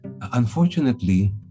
Unfortunately